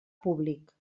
públic